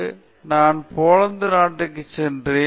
இரண்டாவதாக நான் போலந்தில் மாநாட்டிற்கு சென்றேன்